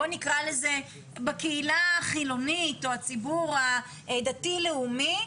בואי נקרא לזה בקהילה החילונית או הציבור הדתי לאומי,